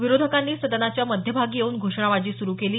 विरोधकांनी सदनाच्या मध्यभागी येऊन घोषणाबाजी सुरू केली